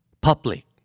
public